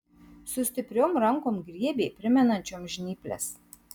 su stipriom rankom griebė primenančiom žnyples